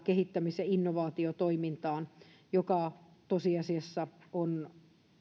kehittämis ja innovaatiotoimintaan sellaista aggregoitua tilastotietoa joka tosiasiassa on